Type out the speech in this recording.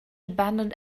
abandoned